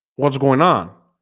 what's going on